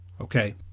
Okay